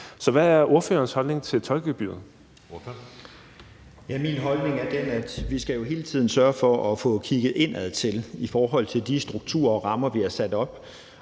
Møller Mortensen (S): Min holdning er den, at vi jo hele tiden skal sørge for at få kigget indad i forhold til de strukturer og rammer, vi har sat op,